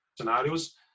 scenarios